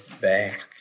back